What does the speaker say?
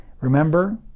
Remember